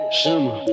shimmer